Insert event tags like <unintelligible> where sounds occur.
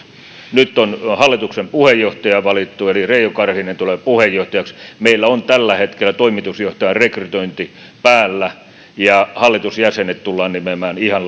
nyt on hallituksen puheenjohtaja valittu eli reijo karhinen tulee puheenjohtajaksi meillä on tällä hetkellä toimitusjohtajan rekrytointi päällä ja hallitusjäsenet tullaan nimeämään ihan <unintelligible>